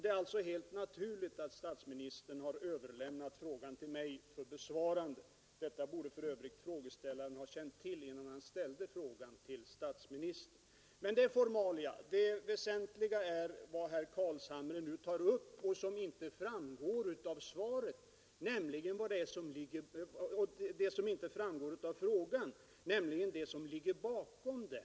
Det är alltså helt naturligt att statsministern har överlämnat frågan till mig för besvarande, och det borde för övrigt frågeställaren ha förutsett när han ställde frågan till statsministern. Men detta är formalia. Det väsentliga är vad herr Carlshamre nu tar upp och som inte framgår av frågan, nämligen det som ligger bakom den.